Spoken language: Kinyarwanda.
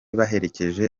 baherekeje